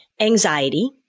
anxiety